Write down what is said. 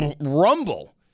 rumble